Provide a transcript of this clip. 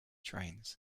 trains